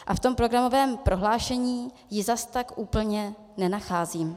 A v programovém prohlášení ji zas tak úplně nenacházím.